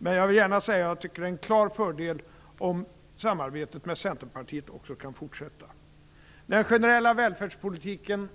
Men jag vill gärna säga att jag tycker att det är en klar fördel om samarbetet med Centerpartiet också kan fortsätta. Den generella välfärdspolitiken